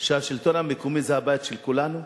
שהשלטון המקומי זה הבית של כולנו?